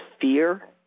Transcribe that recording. fear